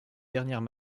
dernières